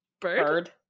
Bird